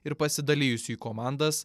ir pasidalijusių į komandas